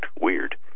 weird